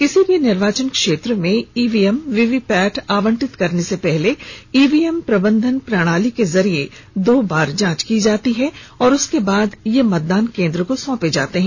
किसी भी निर्वाचन क्षेत्र में ईवीएम वीवीपेट आवंटित करने से पहले ईवीएम प्रबंधन प्रणाली के जरिये दो बार जांच की जाती है और उसके बाद ये मतदान केन्द्र को सौंपे जाते हैं